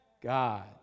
God